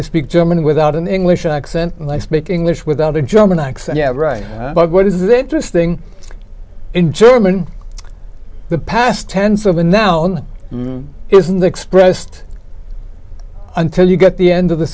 i speak german without an english accent and i speak english without a german accent right but what is interesting in german the past tense of a noun is in the expressed until you get the end of the